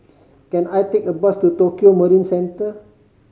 can I take a bus to Tokio Marine Centre